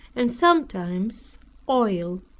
and sometimes oil.